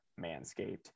Manscaped